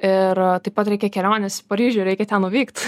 ir taip pat reikia kelionės į paryžių reikia ten nuvykt